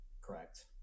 Correct